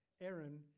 Aaron